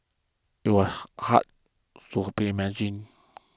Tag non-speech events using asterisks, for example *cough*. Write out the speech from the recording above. it was *hesitation* hard to *noise* imagine